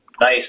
nice